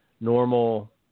normal